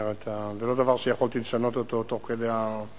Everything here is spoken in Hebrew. זאת אומרת זה לא דבר שיכולתי לשנות אותו תוך כדי הפתיחה.